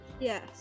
Yes